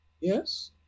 Yes